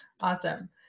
awesome